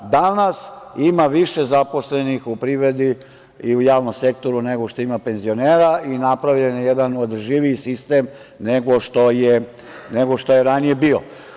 Danas ima više zaposlenih u privredi i u javnom sektoru nego što ima penzionera i napravljen je jedan održiv sistem nego što je ranije bio.